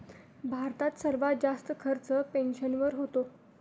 भारतात सर्वात जास्त खर्च पेन्शनवर होतो